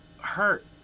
hurt